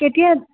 কেতিয়া